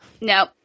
No